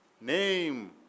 name